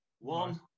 One